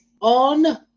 on